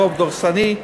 רוב דורסני.